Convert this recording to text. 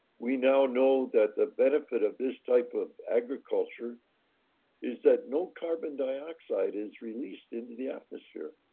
we now know that the benefit of this type of agriculture is that no carbon dioxide is released into the atmosphere.